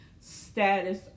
Status